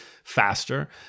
Faster